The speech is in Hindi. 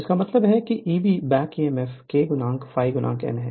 इसका मतलब है Eb back Emf K ∅ n है